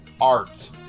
art